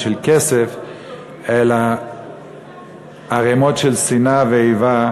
בכסף אלא ערמות של שנאה ואיבה,